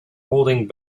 holding